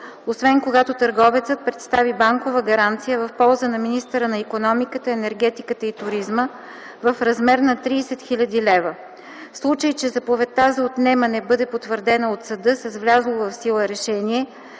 освен когато търговецът представи банкова гаранция в полза на министъра на икономиката, енергетиката и туризма в размер на 30 хил. лв. В случай, че заповедта за отнемането бъде потвърдена от съда с влязло в сила решение,